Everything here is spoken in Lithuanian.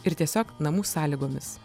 ir tiesiog namų sąlygomis